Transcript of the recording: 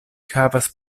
havas